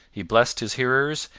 he blessed his hearers,